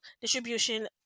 distribution